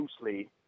loosely